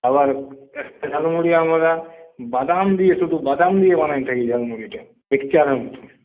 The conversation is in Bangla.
আবার ঝালমুড়ি আমরা বাদাম দিয়ে শুধু বাদাম দিয়ে বানাই সেই ঝালমুড়িটা মিক্সচারের মত